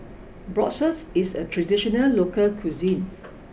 Bratwurst is a traditional local cuisine